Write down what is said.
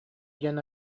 диэн